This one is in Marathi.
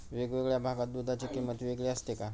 वेगवेगळ्या भागात दूधाची किंमत वेगळी असते का?